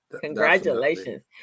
congratulations